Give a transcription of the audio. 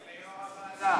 וליו"ר הוועדה.